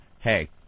hey